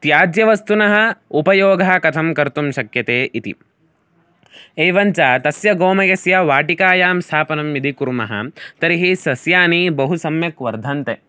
त्याज्यवस्तुनः उपयोगः कथं कर्तुं शक्यते इति एवञ्च तस्य गोमयस्य वाटिकायां स्थापनं यदि कुर्मः तर्हि सस्यानि बहु सम्यक् वर्धन्ते